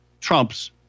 Trump's